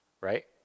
right